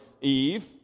Eve